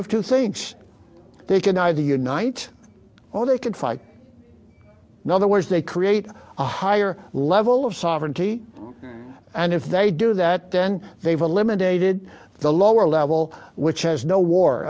of two things they can either unite or they could fight no otherwise they create a higher level of sovereignty and if they do that then they've eliminated the lower level which has no war